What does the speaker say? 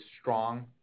strong